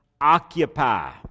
Occupy